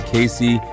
Casey